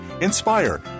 inspire